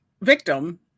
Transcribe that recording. victim